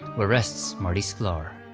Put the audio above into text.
where rests marty sklar.